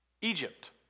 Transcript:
Egypt